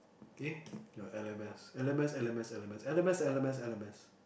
eh ya L_M_S L_M_S L_M_S L_M_S L_M_S L_M_S L_M_S